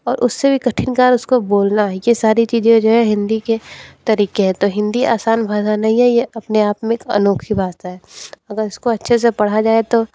और उससे भी कठिन काम उसको बोलना है ये सारी चीज़ें जो है हिंदी के तरीक़े हैं तो हिंदी आसान भाषा नहीं है ये अपने आप में एक अनोखी बात है अगर उसको अच्छे से पढ़ा जाए तो